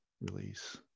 release